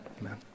Amen